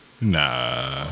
Nah